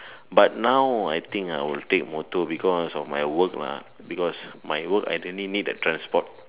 but now I think I will take motor because of my work lah because my work I totally need a transport